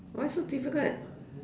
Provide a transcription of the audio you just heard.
why so difficult